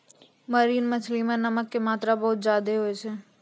marine मछली मॅ नमक के मात्रा बहुत ज्यादे होय छै